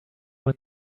when